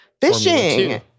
fishing